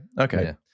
Okay